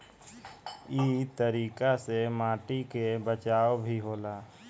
इ तरीका से माटी के बचाव भी होला